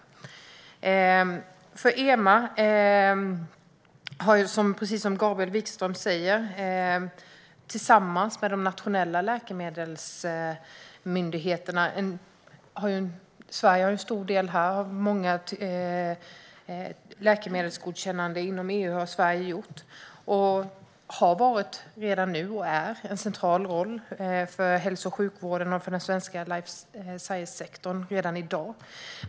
Sverige har spelat en stor del i många av de läkemedelsgodkännanden inom EU som EMA har gjort tillsammans med de nationella läkemedelsmyndigheterna, precis som Gabriel Wikström säger. EMA har haft och har redan i dag en central roll för den svenska hälso och sjukvården och life science-sektorn.